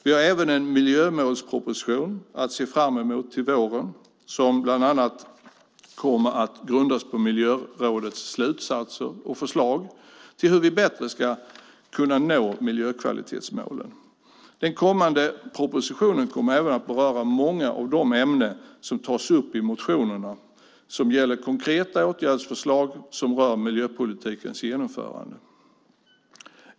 Vi har även en miljömålsproposition att se fram emot till våren som bland annat kommer att grundas på miljörådets slutsatser och förslag om hur vi bättre ska kunna nå miljökvalitetsmålen. Den kommande propositionen kommer även att beröra många av de ämnen som tas upp i motionerna som gäller konkreta åtgärdsförslag och miljöpolitikens genomförande.